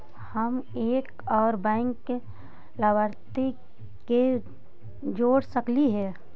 हम एक और बैंक लाभार्थी के जोड़ सकली हे?